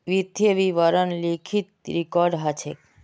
वित्तीय विवरण लिखित रिकॉर्ड ह छेक